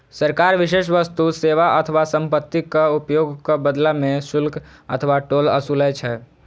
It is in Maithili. सरकार विशेष वस्तु, सेवा अथवा संपत्तिक उपयोगक बदला मे शुल्क अथवा टोल ओसूलै छै